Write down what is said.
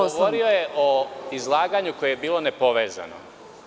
Govorio je o izlaganju koje je bilo nepovezano.